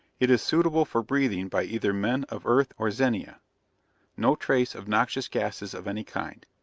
it is suitable for breathing by either men of earth or zenia no trace of noxious gases of any kind.